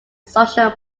social